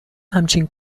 همچین